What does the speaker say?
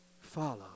follow